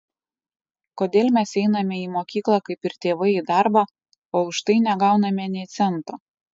kodėl mes einame į mokyklą kaip ir tėvai į darbą o už tai negauname nė cento